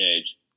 age